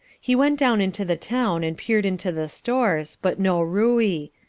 he went down into the town and peered into the stores, but no ruey.